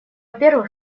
первых